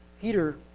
Peter